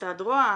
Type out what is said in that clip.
משרד רוה"מ,